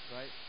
Right